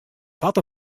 wat